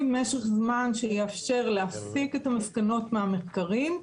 משך זמן שיאפשר להסיק את המסקנות מהמחקרים,